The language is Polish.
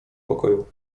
pokoju